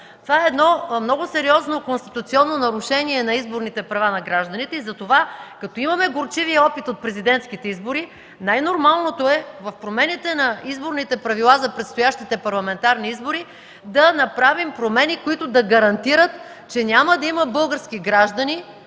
Това е много сериозно конституционно нарушение на изборните права на гражданите. Затова, като имаме горчивия опит от президентските избори, най-нормалното е в промените на изборните правила за предстоящите парламентарни избори да направим промени, които да гарантират, че няма да има български граждани,